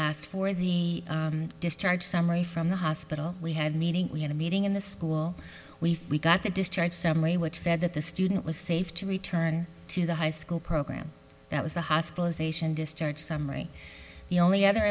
asked for the discharge summary from the hospital we had meeting we had a meeting in the school we've got the district seventy which said that the student was safe to return to the high school program that was the hospitalisation discharge summary the only other